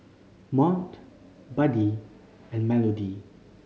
Mont Buddy and Melodee